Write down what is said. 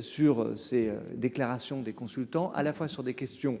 sur ses déclarations, des consultants à la fois sur des questions